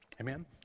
Amen